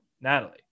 Natalie